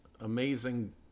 amazing